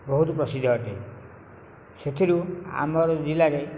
ବହୁତ ପ୍ରସିଦ୍ଧ ଅଟେ ସେଥିରୁ ଆମର ଜିଲ୍ଲାରେ